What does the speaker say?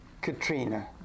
Katrina